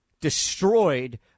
destroyed